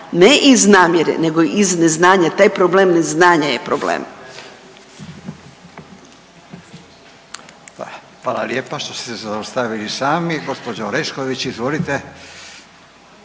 ne iz namjere nego iz neznanja. Taj problem neznanja je problem. **Radin, Furio (Nezavisni)** Hvala lijepa što ste se zaustavili sami. Gospođa Orešković, izvolite.